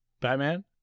Batman